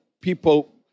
people